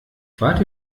wart